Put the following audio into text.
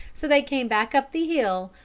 so they came back up the hill,